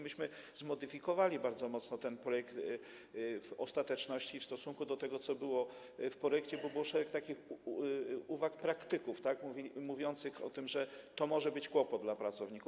Myśmy zmodyfikowali bardzo mocno ten projekt w ostateczności i w stosunku do tego, co było w projekcie, bo był szereg takich uwag praktyków mówiących o tym, że to może być kłopot dla pracowników.